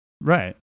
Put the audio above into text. Right